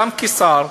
גם כשר,